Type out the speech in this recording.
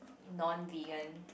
non vegan